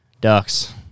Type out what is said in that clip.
Ducks